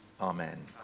Amen